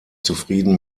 zufrieden